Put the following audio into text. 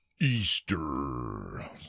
Easter